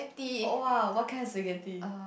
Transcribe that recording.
oh !wah! what kind of spaghetti